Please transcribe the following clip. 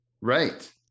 Right